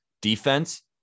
Defense